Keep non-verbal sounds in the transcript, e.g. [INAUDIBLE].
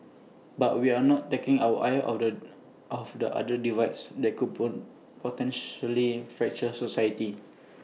but we are not taking our eyes off the off the other divides that could [UNINTELLIGIBLE] potentially fracture society